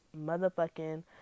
motherfucking